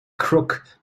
crook